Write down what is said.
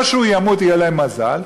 או שהוא ימות ויהיה להם מזל,